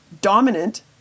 dominant